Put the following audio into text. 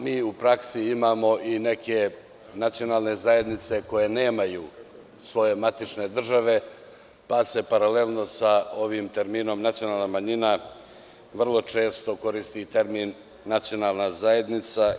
Mi u praksi imamo i neke nacionalne zajednice koje nemaju svoje matične države, pa se paralelno sa ovim terminom – nacionalna manjina vrlo često koristi termin – nacionalna zajednica.